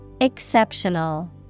Exceptional